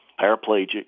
paraplegic